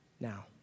Now